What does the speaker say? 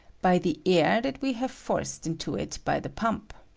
by the air that we have forced into it by the pump.